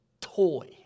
Toy